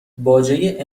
باجه